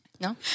no